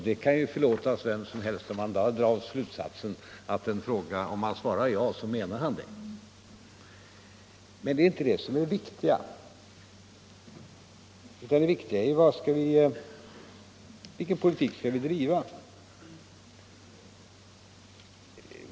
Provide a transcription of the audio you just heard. Det må ju förlåtas vem som helst om han därav drar den slutsatsen att om herr Fälldin svarar ”ja”, så menar han det. Men det viktiga är vilken politik vi skall driva.